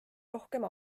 rohkem